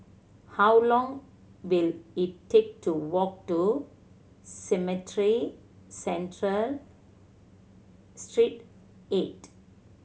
how long will it take to walk to Cemetry Central Street Eight